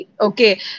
okay